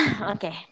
Okay